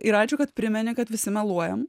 ir ačiū kad primeni kad visi meluojam